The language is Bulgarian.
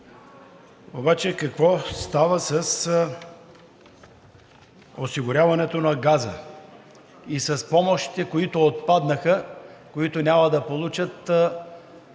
обаче какво става с осигуряването на газа и с помощите, които отпаднаха, които няма да получат онези